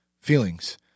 feelings